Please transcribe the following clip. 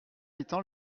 étant